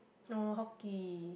oh hockey